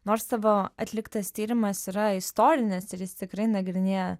nors tavo atliktas tyrimas yra istorinis ir jis tikrai nagrinėja